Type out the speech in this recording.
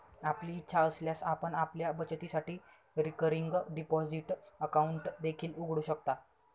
आपली इच्छा असल्यास आपण आपल्या बचतीसाठी रिकरिंग डिपॉझिट अकाउंट देखील उघडू शकता